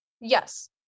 Yes